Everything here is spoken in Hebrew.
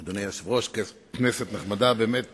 אדוני היושב-ראש, כנסת נכבדה, באמת